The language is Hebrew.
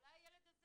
אולי הילד הזה